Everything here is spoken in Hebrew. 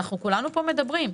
כולנו פה מדברים.